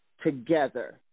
together